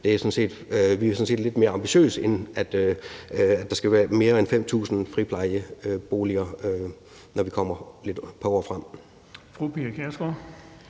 set lidt mere ambitiøse: Der skal være mere end 5.000 friplejeboliger, når vi kommer et par år frem.